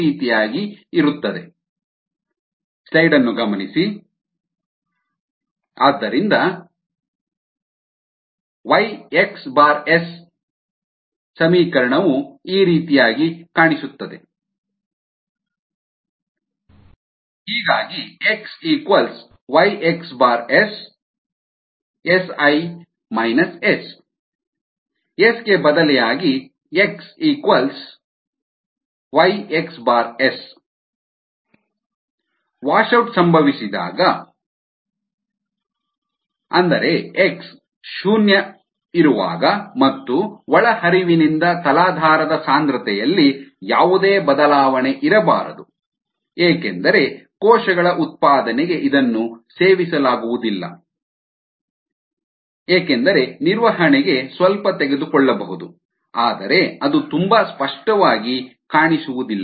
mSKSSµD mSDKSS Sm DDKS SDKSm D ಆದ್ದರಿಂದ YxSamountofcellsproducedamountofsubstrateconsumedxVSi SVxSi S ಹೀಗಾಗಿ xYxSSi S S ಗೆ ಬದಲಿಯಾಗಿ xYxSSi DKSm D ವಾಶೌಟ್ ಸಂಭವಿಸಿದಾಗ x → 0 ಮತ್ತು ಒಳಹರಿವಿನಿಂದ ತಲಾಧಾರದ ಸಾಂದ್ರತೆಯಲ್ಲಿ ಯಾವುದೇ ಬದಲಾವಣೆ ಇರಬಾರದು ಏಕೆಂದರೆ ಕೋಶಗಳ ಉತ್ಪಾದನೆಗೆ ಇದನ್ನು ಸೇವಿಸಲಾಗುವುದಿಲ್ಲ ಏಕೆಂದರೆ ನಿರ್ವಹಣೆಗೆ ಸ್ವಲ್ಪ ತೆಗೆದುಕೊಳ್ಳಬಹುದು ಆದರೆ ಅದು ತುಂಬಾ ಸ್ಪಷ್ಟವಾಗಿ ಕಾಣಿಸುವುದಿಲ್ಲ